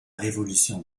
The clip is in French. révolution